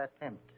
attempt